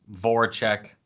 Voracek